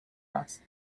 asked